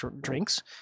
drinks